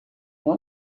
uma